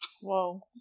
Whoa